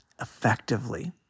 effectively